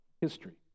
history